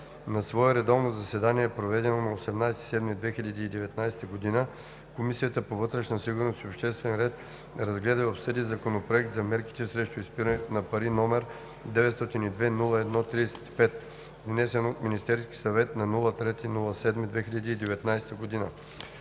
На свое редовно заседание, проведено на 18 юли 2019 г., Комисията по вътрешна сигурност и обществен ред разгледа и обсъди Законопроект за мерките срещу изпирането на пари, № 902 01-35, внесен от Министерския съвет на 3 юли 2019 г.